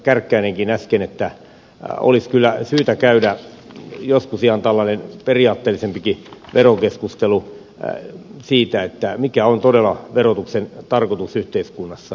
kärkkäinenkin äsken että olisi kyllä syytä käydä joskus ihan tällainen periaatteellisempikin verokeskustelu siitä mikä on todella verotuksen tarkoitus yhteiskunnassa